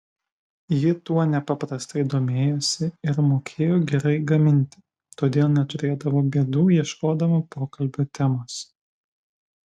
ji tuo nepaprastai domėjosi ir mokėjo gerai gaminti todėl neturėdavo bėdų ieškodama pokalbio temos